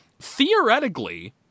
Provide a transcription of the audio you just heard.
Theoretically